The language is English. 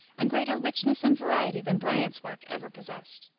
a greater richness and variety than bryant's work ever possessed.